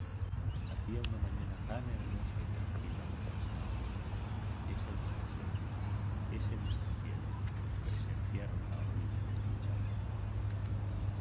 hacía una mañana tan hermosa y tranquila como ésta ese mismo sol ese mismo cielo presenciaron la horrible desdicha